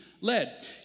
led